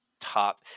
top